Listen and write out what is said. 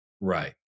right